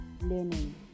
learning